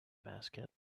basket